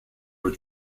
were